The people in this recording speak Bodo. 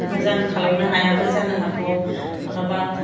मोजां खालामनो हायाबो जानो हागौ माब्लाबा